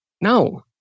no